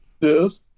Yes